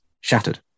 shattered